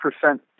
percent